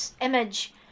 image